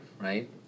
right